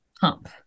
pump